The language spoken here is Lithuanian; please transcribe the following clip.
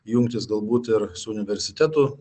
jungtis galbūt ir su universitetų